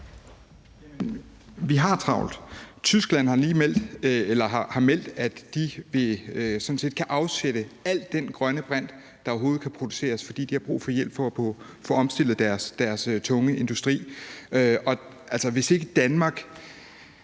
Vi har travlt. Tyskland har meldt, at de sådan set kan afsætte al den grønne brint, der overhovedet kan produceres, fordi de har brug for hjælp til at få omstillet deres tunge industri. Hvis ikke Danmark